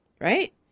right